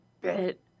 bit